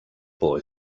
boy